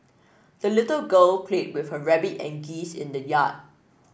the little girl played with her rabbit and geese in the yard